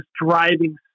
driving